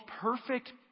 perfect